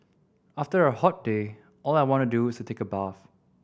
after a hot day all I want to do is take a bath